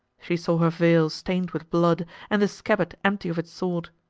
she saw her veil stained with blood and the scabbard empty of its sword.